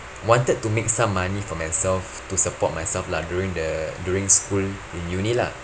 wanted to make some money for myself to support myself lah during the during school in uni lah